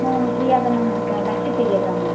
ma'am ஃப்ரீயாக தான் ma'am இருக்கேன் லன்ச்சு ப்ரீயட் தான் மேம்